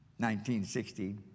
1960